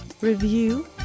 review